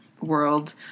world